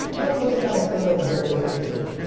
let's put this on a scale of zero to fifteen.